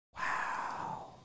Wow